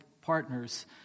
partners